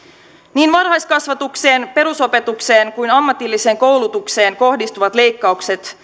niin varhaiskasvatukseen perusopetukseen kuin ammatilliseen koulutukseen kohdistuvat leikkaukset